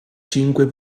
cinque